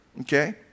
okay